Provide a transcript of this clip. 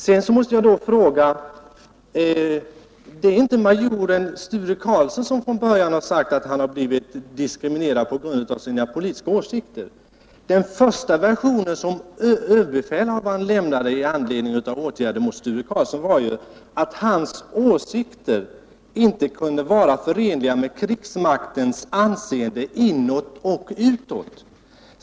Sedan måste jag säga: Det är inte majoren Sture Karlsson som från början sagt att han blivit diskriminerad på grund av sina politiska åsikter. Den första version som överbefälhavaren lämnade i anledning av åtgärderna mot Sture Karlsson var ju att Sture Karlssons åsikter inte kunde vara förenliga med krigsmaktens anseende inåt och utåt.